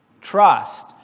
Trust